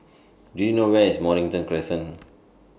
Do YOU know Where IS Mornington Crescent